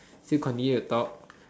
still continue to talk